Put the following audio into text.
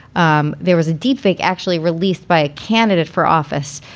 um there was indeed fake actually released by a candidate for office.